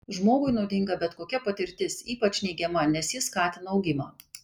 žmogui naudinga bet kokia patirtis ypač neigiama nes ji skatina augimą